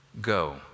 go